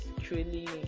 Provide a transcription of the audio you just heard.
truly